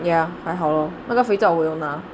ya 还还好 lor 那个肥皂我有拿